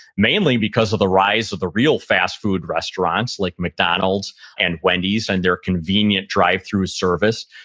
mainly because of the rise of the real fast food restaurants, like mcdonald's and wendy's and their convenient drive thru service.